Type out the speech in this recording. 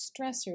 stressors